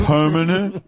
Permanent